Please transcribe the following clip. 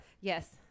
Yes